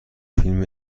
فیلم